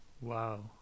wow